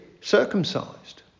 circumcised